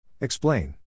Explain